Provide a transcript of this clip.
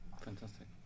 Fantastic